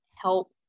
help